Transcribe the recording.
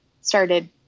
started